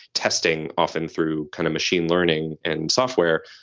testing often through kind of machine learning and software.